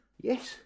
Yes